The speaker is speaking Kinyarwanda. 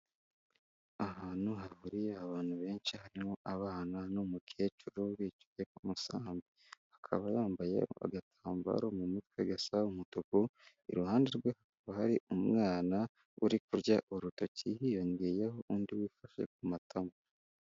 Ahantu hahuriye abantu benshi harimo abana n'umukecuru bicaye ku musambi akaba yambaye agatambaro mu mutwe gasa umutuku iruhande rwe hakaba hari umwana uri kurya urutoki hiyongeyeho undi wifashe ku matama.